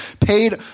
paid